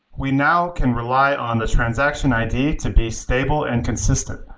we now can rely on the transaction id to be stable and consistent.